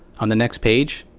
on the next page,